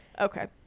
okay